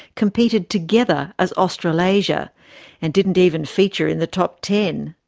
competed together as australasia and didn't even feature in the top ten.